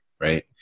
right